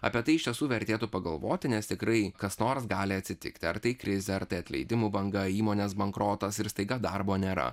apie tai iš tiesų vertėtų pagalvoti nes tikrai kas nors gali atsitikti ar tai krizė ar tai atleidimų banga įmonės bankrotas ir staiga darbo nėra